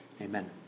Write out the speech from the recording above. amen